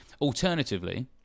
Alternatively